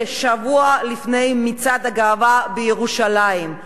ששבוע לפני מצעד הגאווה בירושלים,